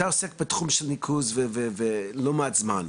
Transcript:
אתה עוסק בתחום של ניקוז וכל מה שסובב את זה לא מעט זמן,